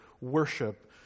worship